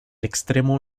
extremo